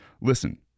Listen